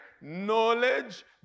knowledge